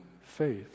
faith